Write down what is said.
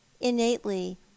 innately